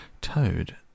Toad